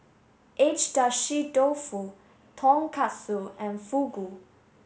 Agedashi Dofu Tonkatsu and Fugu